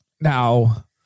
Now